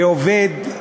ועובד,